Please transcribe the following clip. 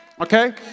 Okay